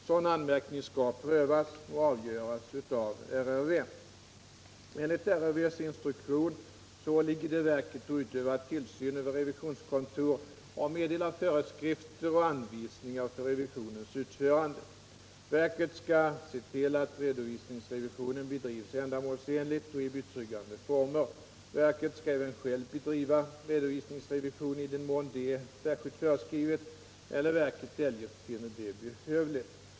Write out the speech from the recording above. Sådan anmärkning skall prövas och avgöras av riksrevisionsverket. Enligt RRV:s instruktion åligger det verket att utöva tillsyn över revisionskontor och meddela föreskrifter och anvisningar för revisionens utförande. Verket skall tillse att redovisningsrevision bedrivs ändamålsenligt och i betryggande former. Verket skall även självt bedriva redovisningsrevision i den mån detta är särskilt föreskrivet eller verket eljest finner det behövligt.